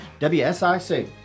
WSIC